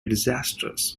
disastrous